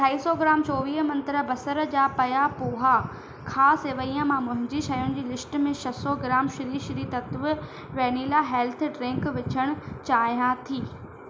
अढाई सौ ग्राम चोवीह मंत्रा बसर जा पया पोहा खां सवाइ मां मुंहिंजी शयुनि जी लिस्ट में छह सौ gram Shri Shri Tattva vanilla health drink विझण चाहियां थी